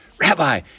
Rabbi